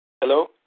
Hello